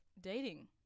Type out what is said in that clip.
dating